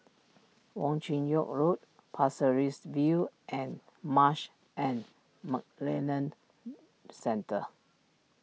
Wong Chin Yoke Road Pasir Ris View and Marsh and McLennan Centre